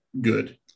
good